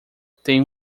tem